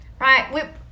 right